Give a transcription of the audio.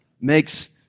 makes